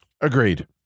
Agreed